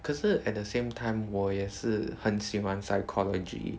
可是 at the same time 我也是很喜欢 psychology